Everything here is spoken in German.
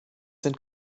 sind